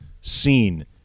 seen